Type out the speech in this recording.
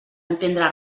entendre